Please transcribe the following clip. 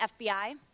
FBI